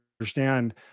understand